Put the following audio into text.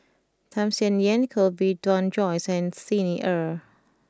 Tham Sien Yen Koh Bee Tuan Joyce and Xi Ni Er